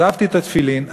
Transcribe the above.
עזבתי את התפילין,